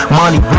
money